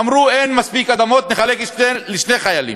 אמרו: אין מספיק אדמות, נחלק לשני חיילים.